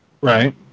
Right